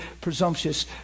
presumptuous